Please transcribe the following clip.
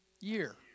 Year